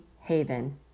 Haven